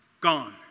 Gone